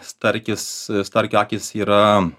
starkis starkio akys yra